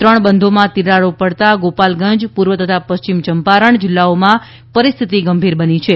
ત્રણ બંધોમાં તીરાડો પડતા ગોપાલગંજ પૂર્વ તથા પશ્ચિમ ચંપારણ જિલ્લાઓમાં પરિસ્થિતી ગંભીર બની છે